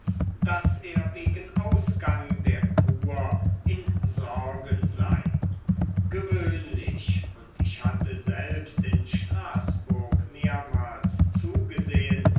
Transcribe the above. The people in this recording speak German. daß er wegen ausgang der kur in sorgen sei gewöhnlich und ich hatte selbst in straßburg mehrmals zugesehen